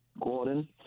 Gordon